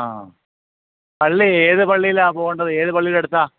ആഹ് പള്ളി ഏത് പള്ളീലാണ് പോകേണ്ടത് ഏത് പള്ളീടെ അടുത്താണ്